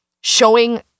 showing